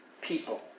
people